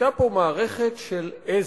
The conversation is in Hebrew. היתה פה מערכת של עזר,